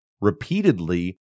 repeatedly